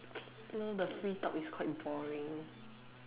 no the free talk is quite boring